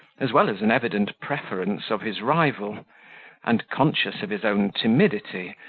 as well as an evident preference of his rival and, conscious of his own timidity,